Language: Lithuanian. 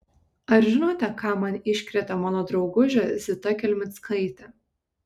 ar žinote ką man iškrėtė mano draugužė zita kelmickaitė